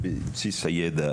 בבסיס הידע,